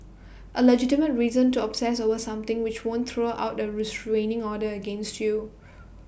A legitimate reason to obsess over something which won't throw out A restraining order against you